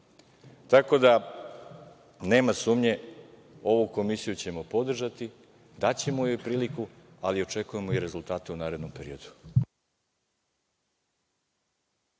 Tako da nema sumnje, ovu komisiju ćemo podržati, daćemo joj priliku, ali očekujemo i rezultate u narednom periodu.